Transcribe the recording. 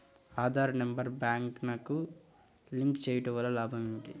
Aadhaar number బ్యాంక్నకు link చేయుటవల్ల లాభం ఏమిటి?